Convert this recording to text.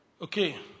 Okay